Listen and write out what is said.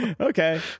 Okay